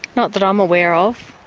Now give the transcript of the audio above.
not that i'm aware of.